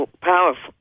Powerful